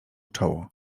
czoło